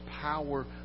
power